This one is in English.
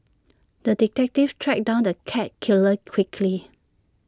the detective tracked down the cat killer quickly